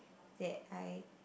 that I